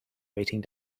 waiting